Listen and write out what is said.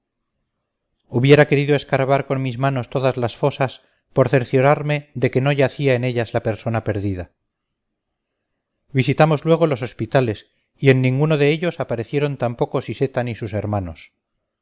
hubiera querido escarbar con mis manos todas las fosas por cerciorarme de que no yacía en ellas la persona perdida visitamos luego los hospitales y en ninguno de ellos aparecieron tampoco siseta ni sus hermanos